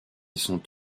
cent